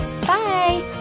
Bye